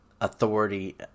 authority